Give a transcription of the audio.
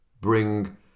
bring